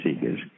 seekers